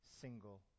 single